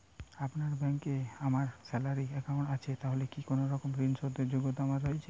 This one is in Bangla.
আপনার ব্যাংকে আমার স্যালারি অ্যাকাউন্ট আছে তাহলে কি কোনরকম ঋণ র যোগ্যতা আমার রয়েছে?